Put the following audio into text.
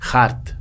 Heart